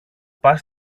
πας